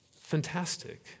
fantastic